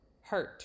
hurt